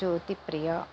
Jothipriya